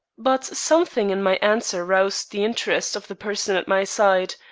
but something in my answer roused the interest of the person at my side,